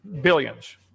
Billions